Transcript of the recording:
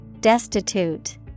Destitute